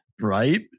Right